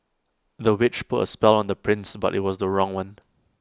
the witch put A spell on the prince but IT was the wrong one